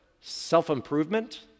self-improvement